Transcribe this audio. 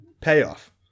payoff